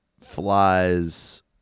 flies